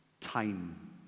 time